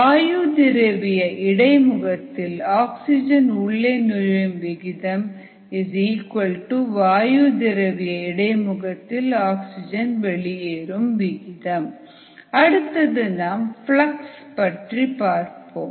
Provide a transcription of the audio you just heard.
வாயு திரவிய இடைமுகத்தில் ஆக்சிஜன் உள்ளே நுழையும் விகிதம் வாயு திரவிய இடைமுகத்தில் ஆக்சிஜன் வெளியேறும் விகிதம் அடுத்தது நாம் ஃப்ளக்ஸ் பற்றி பார்ப்போம்